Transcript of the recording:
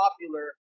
popular